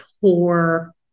poor